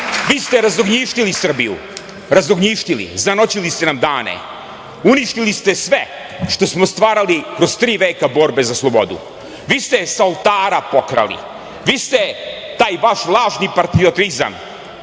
vi ste razognjištili Srbiju, razognjištili, zanoćili ste nam dane, uništili ste sve što smo stvarali kroz tri veka borbe za slobodu. Vi ste sa oltara pokrali. Vi ste, taj vaš lažni patriotizam,